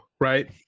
right